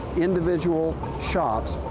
individual shops.